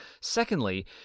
Secondly